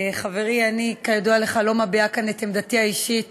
חברי, כידוע לך, אני לא מביעה כאן את עמדתי האישית